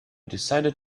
decided